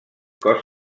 cos